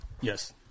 Yes